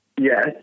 Yes